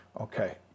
Okay